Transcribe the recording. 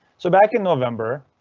so back in november,